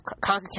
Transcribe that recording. CONCACAF